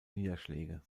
niederschläge